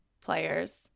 players